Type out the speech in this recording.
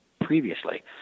previously